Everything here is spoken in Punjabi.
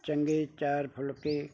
ਚੰਗੇ ਚਾਰ ਫੁਲਕੇ